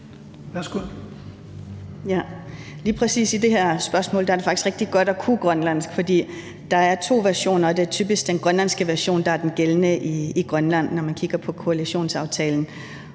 i det her spørgsmål er det faktisk rigtig godt at kunne grønlandsk, for der er to versioner, og det er typisk den grønlandske version, der er den gældende i Grønland, når man kigger på koalitionsaftalen.